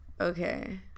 Okay